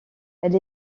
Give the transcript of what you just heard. elle